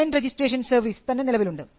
domain registration service തന്നെ നിലവിലുണ്ട്